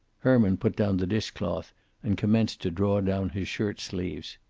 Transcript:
herman put down the dish-cloth and commenced to draw down his shirt sleeves.